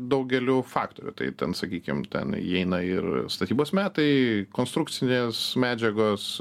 daugeliu faktorių tai ten sakykime ten įeina ir statybos metai konstrukcinės medžiagos